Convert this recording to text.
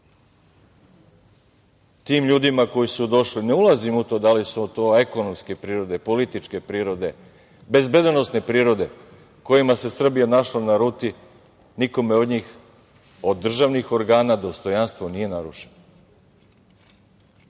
ljudima koji su došli, ne ulazim u to da li su to ekonomske prirode, političke prirode, bezbednosne prirode kojima se Srbija našla na ruti nikome od njih od državnih organa dostojanstvo nije narušeno.